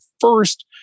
First